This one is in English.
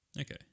okay